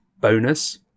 bonus